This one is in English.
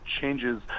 changes